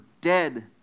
dead